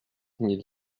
mille